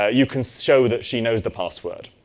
ah you can show that she knows the passwords.